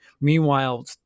Meanwhile